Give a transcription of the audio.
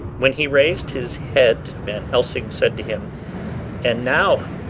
when he raised his head van helsing said to him and now,